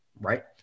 right